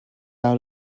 out